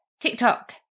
TikTok